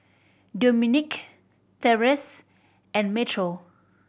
Domonique Terese and Metro